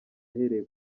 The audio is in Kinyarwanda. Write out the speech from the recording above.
ahereye